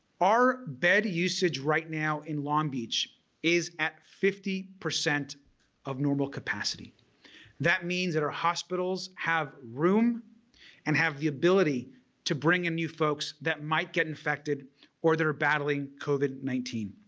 our bed usage right now in long beach is at fifty percent of normal capacity that means that our hospitals have room and have the ability to bring in new folks that might get infected or they're battling covid nineteen.